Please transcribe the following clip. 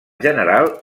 general